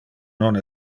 non